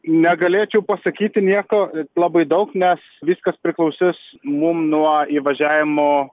negalėčiau pasakyti nieko labai daug nes viskas priklausys mum nuo įvažiavimo